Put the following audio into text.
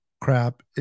Crap